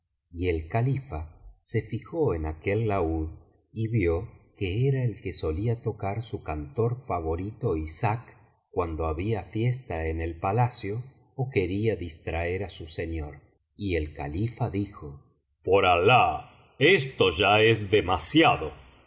y el califa se fijó en aquel laúd y vio que era el que solía tocar su cantor favorito ishak cuando había fiesta en el palacio ó queria distraer á su señor y el califa dijo por alah esto ya es demasiado